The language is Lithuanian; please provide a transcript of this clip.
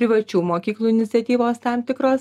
privačių mokyklų iniciatyvos tam tikros